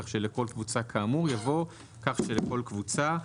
כך שלכל קבוצה כאמור" יבוא "כך שלכל קבוצה".